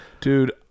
dude